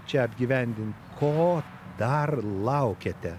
čia apgyvendint ko dar laukiate